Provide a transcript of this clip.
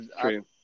true